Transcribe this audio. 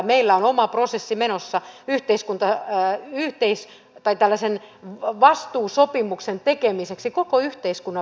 meillä on oma prosessi menossa tällaisen vastuusopimuksen tekemiseksi koko yhteiskunnan väen kanssa